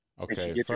Okay